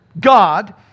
God